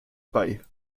bei